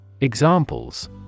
Examples